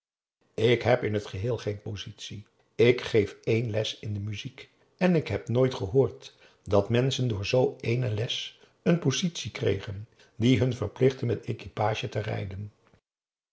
ik heb in het geheel geen positie ik geef één les in de muziek en ik heb nooit gehoord dat menschen door zoo ééne les n positie kregen die hun verplichtte met equipage te rijden